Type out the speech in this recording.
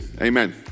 Amen